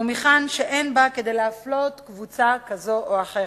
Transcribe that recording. ומכאן שאין בה כדי להפלות קבוצה כזו או אחרת.